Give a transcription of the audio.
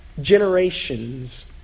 generations